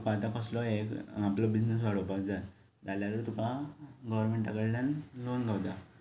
तुका आतां एक आपलो कसलोय बिजनेस वाडोपाक जाय जाल्यारय तुका गवोरमेंटा कडल्यान लोन गावता